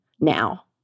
now